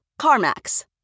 CarMax